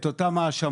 את אותם האשמות,